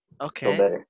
Okay